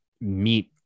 meet